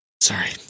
sorry